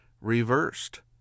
reversed